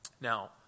Now